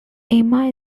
emma